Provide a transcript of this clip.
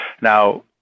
Now